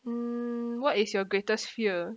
mm what is your greatest fear